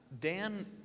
Dan